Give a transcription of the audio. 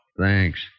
Thanks